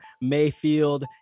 Mayfield